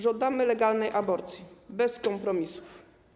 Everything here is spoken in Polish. Żądamy legalnej aborcji, bez kompromisów.